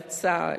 בצה"ל: